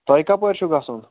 تۅہہِ کَپٲرۍ چھُو گَژھُن